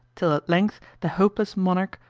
till at length the hopeless monarch,